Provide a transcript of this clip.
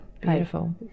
Beautiful